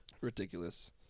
Ridiculous